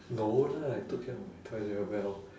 no lah I took care of my toys very well